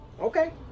Okay